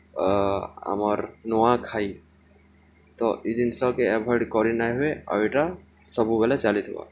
ଆମର୍ ନୂଆଖାଇ ତ ଇ ଜିନିଷକେ ଏଭଏଡ଼୍ କରି ନାଇଁ ହୁଏ ଆଉ ଇଟା ସବୁବେଳେ ଚାଲିଥିବା